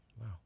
Wow